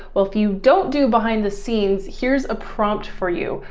well, if you don't do behind the scenes, here's a prompt for you.